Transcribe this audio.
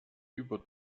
über